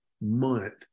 month